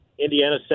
Indiana